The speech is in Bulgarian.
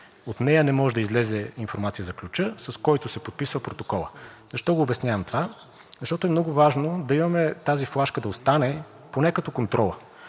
От нея не може да излезе информация за ключа, с който се подписва протоколът. Защо обяснявам това? Защото е много важно тази флашка да остане поне като контрола.